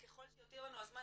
ככל שיותיר לנו הזמן,